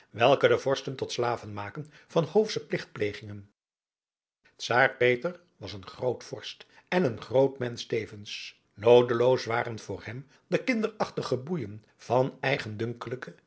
welke de vorsten tot slaven maken van hoofsche pligtplegingen czaar peter was een groot vorst en een groot mensch tevens noodeloos waren voor hem de kinderachtige boeijen van eigendunkelijke